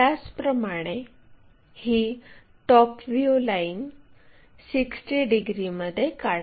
त्याचप्रमाणे ही top view line 60 डिग्रीमध्ये काढा